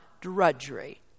drudgery